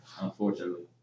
unfortunately